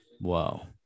Wow